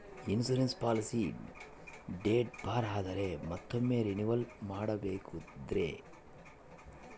Insurance policy date ಬಾರ್ ಆದರೆ ಮತ್ತೊಮ್ಮೆ ರಿನಿವಲ್ ಮಾಡಬಹುದ್ರಿ?